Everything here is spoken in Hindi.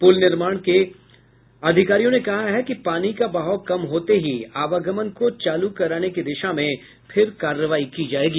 पुल निर्माण के अधिकारियों ने कहा है कि पानी का बहाव कम होते ही आवागमन को चालू कराने की दिशा में फिर कार्रवाई की जाएगी